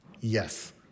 Yes